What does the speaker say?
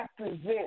represent